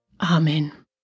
Amen